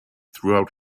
throughout